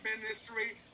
ministry